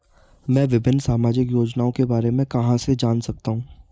मैं विभिन्न सामाजिक योजनाओं के बारे में कहां से जान सकता हूं?